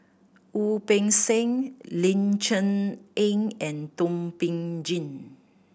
Wu Peng Seng Ling Cher Eng and Thum Ping Tjin